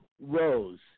Rose